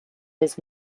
his